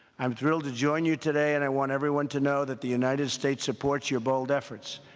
i'm thrilled to join you today and i want everyone to know that the united states supports your bold efforts.